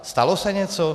Stalo se něco?